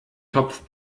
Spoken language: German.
topf